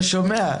אתה שומע?